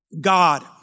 God